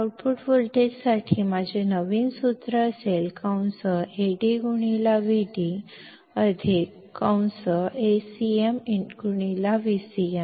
तर आउटपुट व्होल्टेजसाठी माझे नवीन सूत्र असेल Ad Vd Acm Vcm